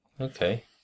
Okay